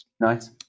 Nice